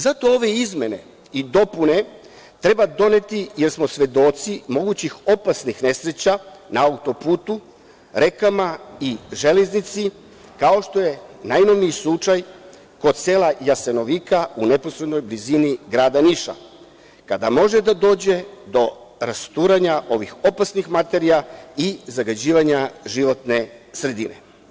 Zato ove izmene i dopune treba doneti, jer smo svedoci mogućih opasnih nesreća na autoputu, rekama i železnici, kao što je najnoviji slučaj kod sela Jasenovika u neposrednoj blizini grada Niša, kada može da dođe do rasturanja ovih opasnih materija i zagađivanja životne sredine.